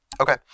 Okay